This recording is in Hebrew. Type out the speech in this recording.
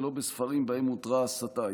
ולא בספרים שבהם אותרה הסתה.